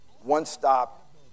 one-stop